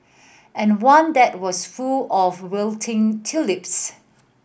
and one that was full of wilting tulips